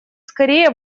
скорее